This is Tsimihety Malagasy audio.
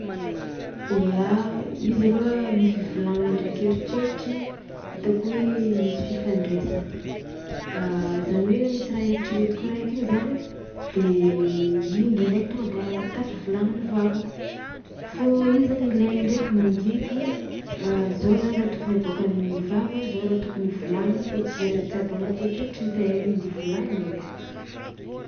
Ia, izy alôha ny fivolagnana ndraiky eritreritry hitako hoe misy fifandraisagny, zany hoe misy raha eritreretiko raiky igny zany de igny ndraindraiky tonga de a- tafivolagnan'ny vavako fô i zany ilaigna ndraiky mandiniky hoe zao zany raha tokony aboakan'ny vava zao raha tokony volagnina fô tsy zay raha jiaby agnaty eritreritrin-tegna igny de volagnina aby.